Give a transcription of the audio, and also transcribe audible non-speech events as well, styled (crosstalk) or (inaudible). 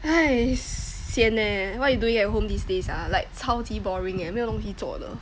(breath) sian leh what you doing at home these days ah like 超级 boring eh 没有东西做的